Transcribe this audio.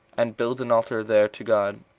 and build an altar there to god,